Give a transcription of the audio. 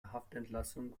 haftentlassung